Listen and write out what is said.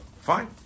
Fine